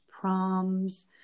proms